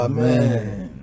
Amen